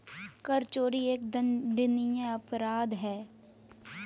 कर चोरी एक दंडनीय अपराध है